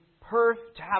perfect